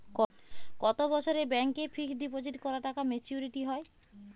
কত বছরে ব্যাংক এ ফিক্সড ডিপোজিট করা টাকা মেচুউরিটি হয়?